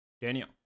Daniel